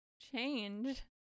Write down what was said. change